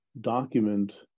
document